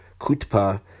Kutpa